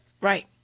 Right